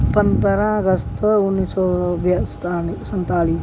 ਪੰਦਰਾਂ ਅਗਸਤ ਉੱਨੀ ਸੌ ਸੰਤਾਲੀ